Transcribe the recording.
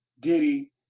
Diddy